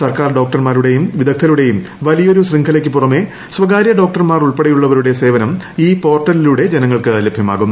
സർക്കാർ ഡോക്ടർമാരുടെയും വിദഗ്ധരുടെയും വലിയൊരു ശൃംഖലയ്ക്ക് പുറമേ സ്വകാര്യ ഡോക്ടർമാർ ഉൾപ്പെടെയുള്ളവരുടെ സേവനം ഈ പോർട്ടലിലൂടെ ജനങ്ങൾക്ക് ലഭ്യമാകും